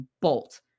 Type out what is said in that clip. bolt